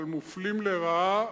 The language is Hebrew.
אבל מופלים לרעה.